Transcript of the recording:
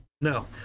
no